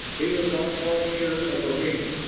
he was not quite sure of her meaning,